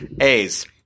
A's